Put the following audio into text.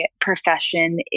profession